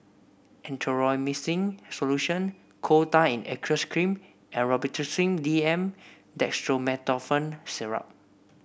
Erythroymycin Solution Coal Tar in Aqueous Cream and Robitussin DM Dextromethorphan Syrup